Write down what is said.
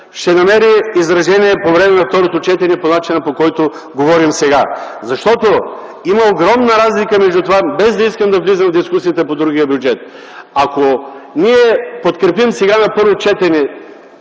ще намери изражение по време на второто четене по начина, по който говорим сега. Защото има огромна разлика между това – без да искам да влизам в дискусията по другия бюджет – ако ние подкрепим сега на първо четене